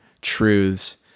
truths